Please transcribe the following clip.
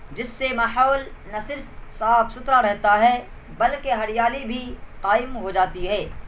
جس سے ماحول نہ صرف صاف ستھرا رہتا ہے بلکہ ہریالی بھی قائم ہو جاتی ہے